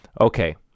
Okay